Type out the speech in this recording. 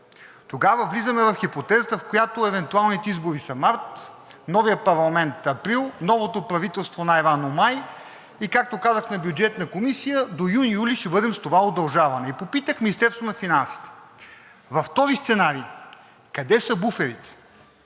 тогава влизаме в хипотезата, в която евентуалните избори са март, новият парламент – април, новото правителство – най-рано май, и както казах на Бюджетната комисия, до юни-юли ще бъдем с това удължаване. Попитах Министерството на финансите: в този сценарий къде са буферите?